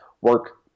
work